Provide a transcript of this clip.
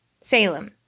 Salem